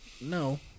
No